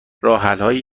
راهحلهایی